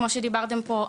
כמו שדיברתם פה,